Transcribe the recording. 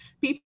people